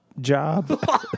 job